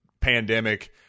pandemic